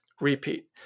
Repeat